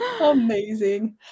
amazing